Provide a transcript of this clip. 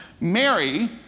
Mary